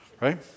right